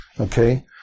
Okay